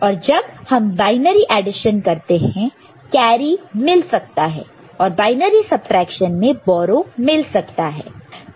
और जब हम बायनरी एडिशन करते हैं कैरी मिल सकता है और बायनरी सबट्रैक्शन में बोरो मिल सकता है